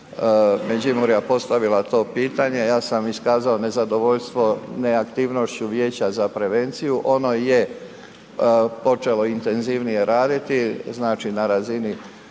Međimurja postavila to pitanje, ja sam iskazao nezadovoljstvo neaktivnošću vijeća za prevenciju. Ono je počelo intenzivnije raditi, znači na razini